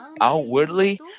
outwardly